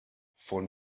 von